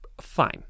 fine